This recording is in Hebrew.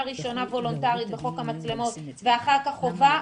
ראשונה וולונטרית בחוק המצלמות ואחר כך חובה,